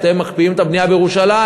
אתם מקפיאים את הבנייה בירושלים,